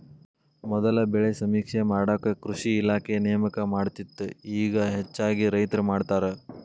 ಮೊದಲ ಬೆಳೆ ಸಮೇಕ್ಷೆ ಮಾಡಾಕ ಕೃಷಿ ಇಲಾಖೆ ನೇಮಕ ಮಾಡತ್ತಿತ್ತ ಇಗಾ ಹೆಚ್ಚಾಗಿ ರೈತ್ರ ಮಾಡತಾರ